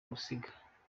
gusiza